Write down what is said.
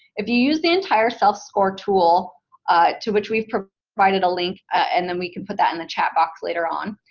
if you use the entire self score tool to which we've provided a link, and then we can put that in the chat box later on.